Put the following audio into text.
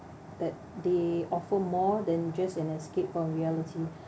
that they offer more than just an escape from reality